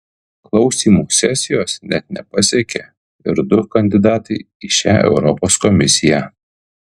klausymų sesijos net nepasiekė ir du kandidatai į šią europos komisiją